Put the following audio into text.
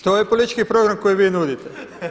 To je politički program koji vi nudite.